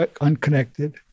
unconnected